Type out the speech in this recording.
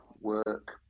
Work